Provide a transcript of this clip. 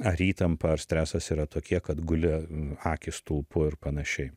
ar įtampa ar stresas yra tokie kad guli akys stulpu ir panašiai